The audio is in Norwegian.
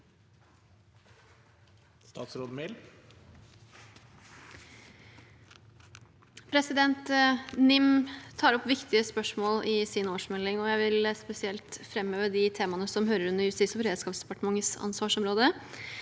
NIM tar opp vikti- ge spørsmål i sin årsmelding, og jeg vil spesielt framheve de temaene som hører under Justis- og beredskapsdepartementets ansvarsområde: